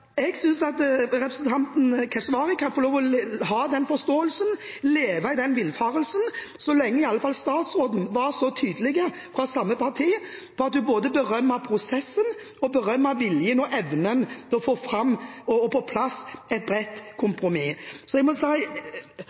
Jeg må si at jeg synes at representanten Keshvari kan få lov til å ha denne forståelsen, leve i denne villfarelsen, så lenge i hvert fall statsråden fra samme parti var så tydelig på at hun både berømmet prosessen og viljen og evnen til å få fram og få på plass et bredt kompromiss. Jeg vet nesten ikke hva mer jeg skal si.